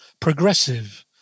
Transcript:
progressive